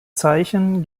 zeichen